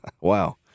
Wow